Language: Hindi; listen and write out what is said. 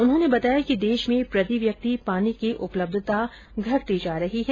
उन्होंने बताया कि देश में प्रति व्यक्ति पानी की उपलब्धता घटती जा रही है